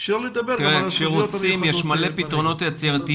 שלא לדבר גם על ה- -- כשרוצים יש מלא פתרונות יצירתיים,